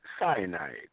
cyanide